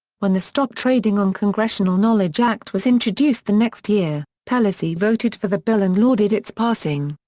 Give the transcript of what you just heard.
when the stop trading on congressional knowledge act was introduced the next year, pelosi voted for the bill and lauded its passing.